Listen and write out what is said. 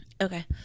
Okay